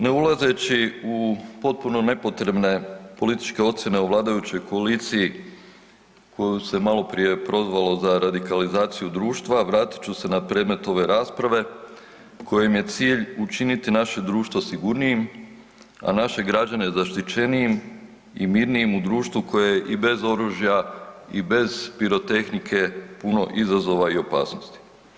Ne ulazeći u potpuno nepotrebne političke ocjene u vladajućoj koaliciji koju se maloprije prozvalo za radikalizaciju društva, vratit ću se na predmet ove rasprave kojoj je cilj učiniti naše društvo sigurnijim, a naše građane zaštićenijim i mirnijim u društvu koje je i bez oružja i bez pirotehnike puno izazova i opasnosti.